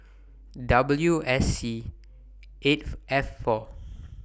W S C eight F four